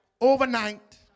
overnight